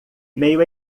meio